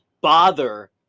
bother